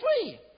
free